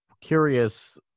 curious